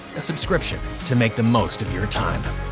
the subscription to make the most of your time.